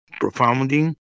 profounding